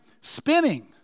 spinning